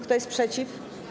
Kto jest przeciw?